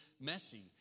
messy